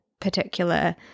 particular